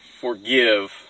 forgive